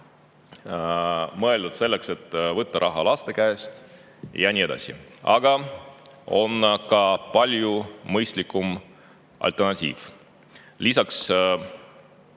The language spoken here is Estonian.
mõeldud selleks, et võtta raha laste käest, ja nii edasi. Aga on ka palju mõistlikum alternatiiv. Lisaks